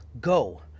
Go